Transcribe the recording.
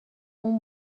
اون